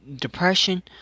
depression